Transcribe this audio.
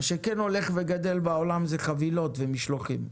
מה שכן הולך וגדל בעולם זה חבילות ומשלוחים,